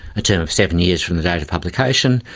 a term of seven years from the date of publication.